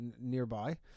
nearby